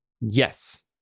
yes